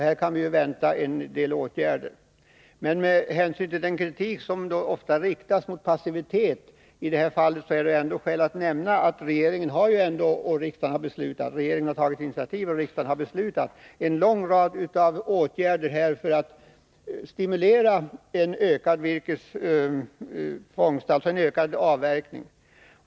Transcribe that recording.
Vi kan alltså vänta en del åtgärder där, men med hänsyn till den kritik för passivitet i det här fallet som ofta framförs finns det skäl att nämna att regeringen ändå har tagit initiativ till och riksdagen beslutat om en lång rad av åtgärder för att stimulera en ökad virkesfångst, en ökad avverkning.